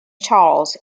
charles